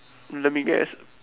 let me guess